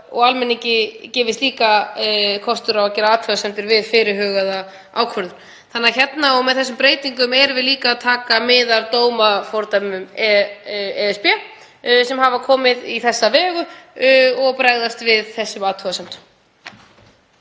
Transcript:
og almenningi gefst líka kostur á að gera athugasemdir við fyrirhugaða ákvörðun. Með þessum breytingum erum við líka að taka mið af dómafordæmum ESB sem hafa komið í þessa vegu og bregðast við þessum athugasemdum.